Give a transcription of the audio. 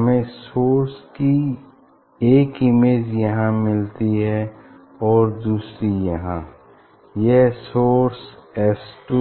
हमें सोर्स की एक इमेज यहाँ मिलती है और दूसरी यहाँ यह सोर्स एस टू